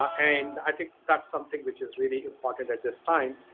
um and i think that's something which is really important at this time.